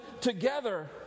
together